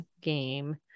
game